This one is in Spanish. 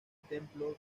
templo